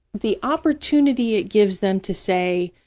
the opportunity it gives them to say,